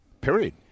Period